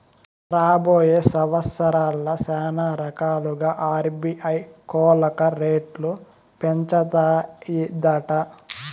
రాబోయే సంవత్సరాల్ల శానారకాలుగా ఆర్బీఐ కోలక రేట్లు పెంచతాదట